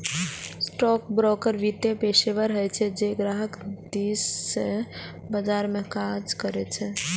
stockbroker वित्तीय पेशेवर होइ छै, जे ग्राहक दिस सं बाजार मे काज करै छै